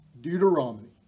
Deuteronomy